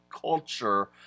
culture